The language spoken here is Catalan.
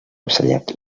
ocellet